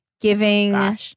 giving